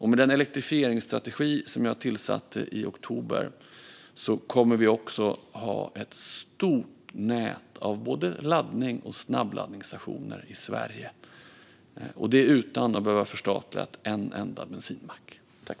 Med den elektrifieringsstrategi som jag satte igång med i oktober kommer vi också att ha ett stort nät av både laddnings och snabbladdningsstationer i Sverige - och det utan att behöva förstatliga en enda bensinmack.